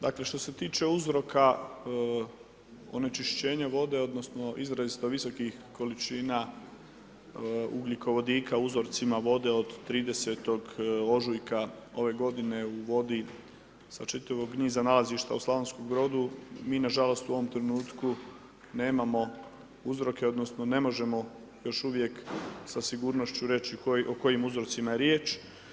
Dakle što se tiče uzroka onečišćenja vode, odnosno izrazito visokih količina ugljikovodika u uzorcima vode od 30. ožujka ove godine u vodi sa čitavog niza nalazišta u SB, mi nažalost u ovom trenutku nemamo uzroke, odnosno ne možemo još uvijek sa sigurnošću reći o kojim uzrocima je riječ.